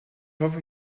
hoffe